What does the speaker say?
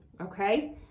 okay